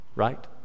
right